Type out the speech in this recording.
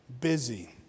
busy